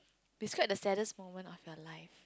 describe the saddest moment of your life